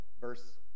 verse